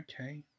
okay